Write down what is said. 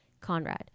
Conrad